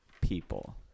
People